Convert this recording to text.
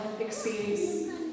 experience